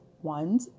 one